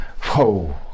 Whoa